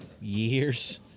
years